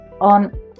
on